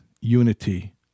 unity